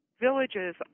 villages